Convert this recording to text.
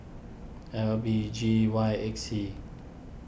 L B G Y eight C